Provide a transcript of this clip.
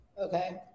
Okay